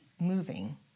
moving